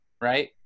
right